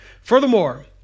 Furthermore